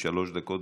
262,